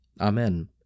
Amen